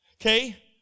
okay